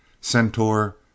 Centaur